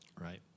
Right